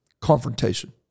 confrontation